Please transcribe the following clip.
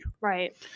Right